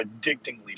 addictingly